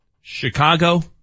Chicago